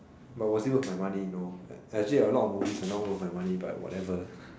but was it worth my money no actually a lot of movie are not worth my money but whatever